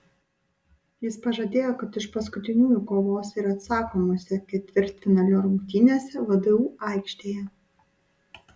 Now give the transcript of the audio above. jis pažadėjo kad iš paskutiniųjų kovos ir atsakomose ketvirtfinalio rungtynėse vdu aikštėje